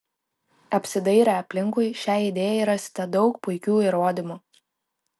apsidairę aplinkui šiai idėjai rasite daug puikių įrodymų